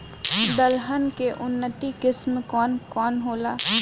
दलहन के उन्नत किस्म कौन कौनहोला?